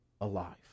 alive